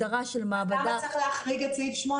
אז למה צריך להחריג את סעיף 8?